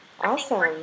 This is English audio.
Awesome